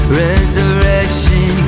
resurrection